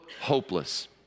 hopeless